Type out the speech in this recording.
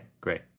great